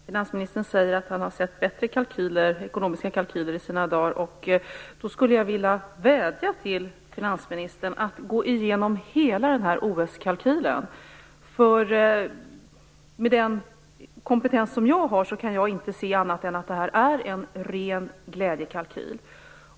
Fru talman! Finansministern säger att han har sett bättre ekonomiska kalkyler i sina dagar. Då skulle jag vilja vädja till finansministern att gå igenom hela OS kalkylen. Med den kompetens jag har, kan jag inte se annat än att det här är en ren glädjekalkyl.